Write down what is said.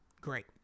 Great